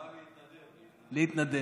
באה להתנדב, להתנדב.